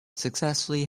successfully